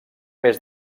més